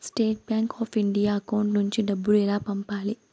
State bank of India account నుంచి డబ్బులు ఎలా పంపాలి?